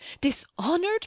dishonored